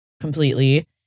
completely